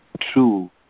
true